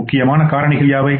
முக்கியமான காரணிகள் யாவை